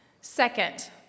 Second